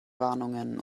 warnungen